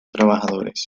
trabajadores